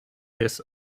his